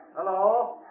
Hello